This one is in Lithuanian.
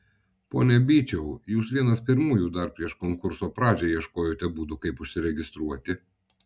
pone byčiau jūs vienas pirmųjų dar prieš konkurso pradžią ieškojote būdų kaip užsiregistruoti